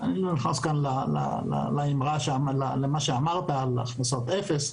אני לא נכנס למה שאמרת על הכנסות אפס,